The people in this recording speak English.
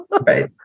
Right